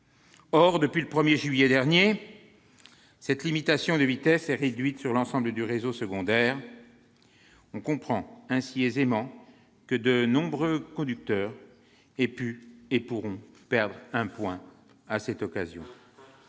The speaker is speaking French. Or, depuis le 1 juillet dernier, cette limitation de vitesse est réduite sur l'ensemble du réseau secondaire. On comprend ainsi aisément que de nombreux conducteurs ont pu et pourront perdre un point à cette occasion.